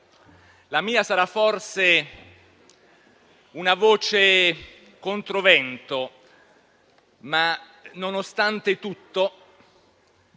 la mia sarà forse una voce controvento. Ma, nonostante tutto,